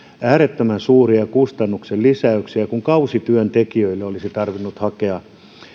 äärettömän suuria kustannusten lisäyksiä kun kausityöntekijöille olisi tarvinnut hakea